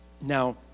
Now